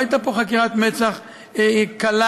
לא הייתה פה חקירת מצ"ח קלה,